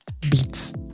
Beats